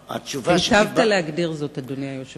היטבת להגדיר זאת, אדוני היושב-ראש.